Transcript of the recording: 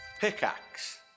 Pickaxe